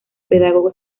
pedagogo